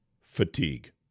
fatigue